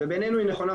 ובעינינו היא נכונה,